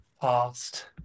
past